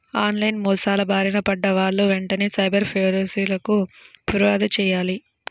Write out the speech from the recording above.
on line మోసాల బారిన పడ్డ వాళ్ళు వెంటనే సైబర్ పోలీసులకు పిర్యాదు చెయ్యాలి